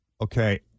Okay